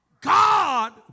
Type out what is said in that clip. God